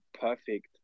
perfect